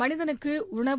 மனிதனுக்குஉணவு